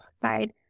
side